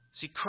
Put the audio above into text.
See